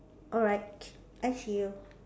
alright I see you